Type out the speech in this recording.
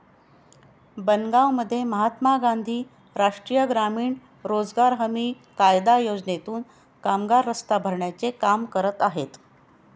बनगावमध्ये महात्मा गांधी राष्ट्रीय ग्रामीण रोजगार हमी कायदा योजनेतून कामगार रस्ता भरण्याचे काम करत आहेत